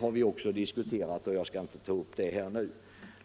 har vi också diskuterat, och jag skall inte ta upp den saken nu.